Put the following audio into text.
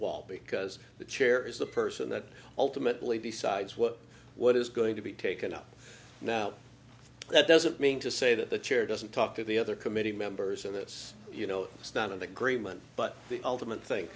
wall because the chair is the person that ultimately decides what what is going to be taken up now that doesn't mean to say that the chair doesn't talk to the other committee members of this you know it's not of agreement but the ultimate thing